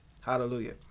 Hallelujah